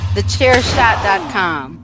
Thechairshot.com